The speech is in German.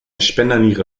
spenderniere